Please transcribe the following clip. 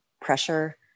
pressure